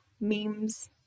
memes